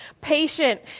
patient